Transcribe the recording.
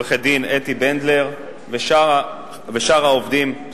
עורכת-הדין אתי בנדלר, ושאר העובדים בצוות הוועדה.